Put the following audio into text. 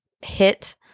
hit